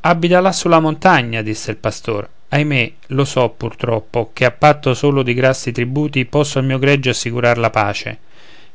abita là sulla montagna disse il pastor ahimè lo so pur troppo ché a patto solo di grassi tributi posso al mio gregge assicurar la pace